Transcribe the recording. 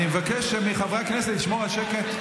אני מבקש מחברי הכנסת לשמור על שקט.